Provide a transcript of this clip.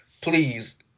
Please